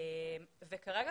כרגע,